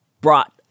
brought